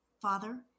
Father